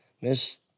Miss